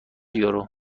یورو